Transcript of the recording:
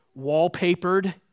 wallpapered